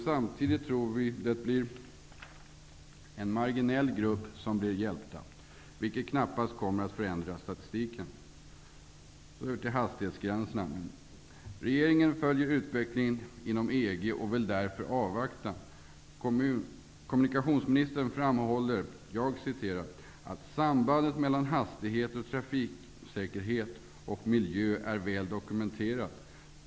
Samtidigt tror vi att det blir en marginell grupp som blir hjälpt, vilket knappast kommer att förändra statistiken. Till hastighetsgränserna. Regeringen följer utvecklingen inom EG och vill därför avvakta. Kommunikationsministern framhåller: Sambandet mellan hastighet, trafiksäkerhet och miljö är väl dokumenterat.